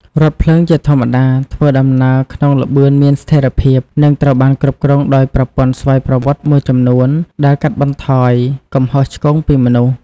រថភ្លើងជាធម្មតាធ្វើដំណើរក្នុងល្បឿនមានស្ថិរភាព និងត្រូវបានគ្រប់គ្រងដោយប្រព័ន្ធស្វ័យប្រវត្តិមួយចំនួន ដែលកាត់បន្ថយកំហុសឆ្គងពីមនុស្ស។